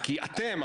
כי אתם,